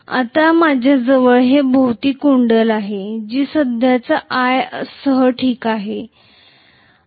आता माझ्याजवळ येथे भोवती कुंडल होणार आहे जी सध्याच्या i सह ठीक होईल